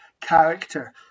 character